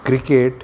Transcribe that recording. cricket